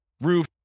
roof